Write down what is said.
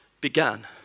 began